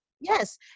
yes